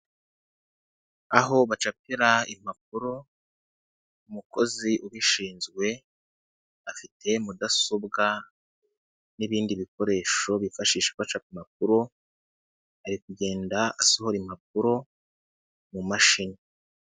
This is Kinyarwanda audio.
Aho bacapira impapuro, umukozi ubishinzwe afite mudasobwa n'ibindi bikoresho bifashisha bacapa impapuro, ari kugenda asohora impapuro mu mashini.